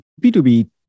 B2B